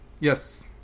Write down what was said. Yes